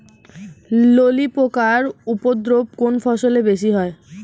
ললি পোকার উপদ্রব কোন ফসলে বেশি হয়?